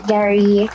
Gary